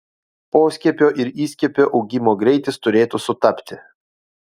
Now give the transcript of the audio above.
poskiepio ir įskiepio augimo greitis turėtų sutapti